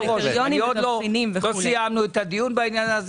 עוד לא סיימנו את הדיון בעניין.